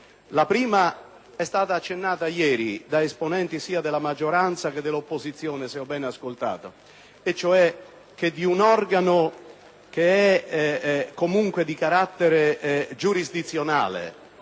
La prima è stata accennata ieri da esponenti sia della maggioranza che dell'opposizione. Mi è difficile accettare che di un organo, che è comunque di carattere giurisdizionale,